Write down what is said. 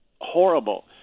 Horrible